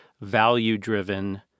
value-driven